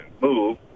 move